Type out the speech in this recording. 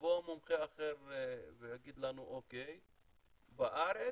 יבוא מומחה אחר ויגיד לנו אוקיי, בארץ,